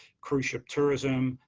icruise ship tourism